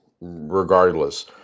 regardless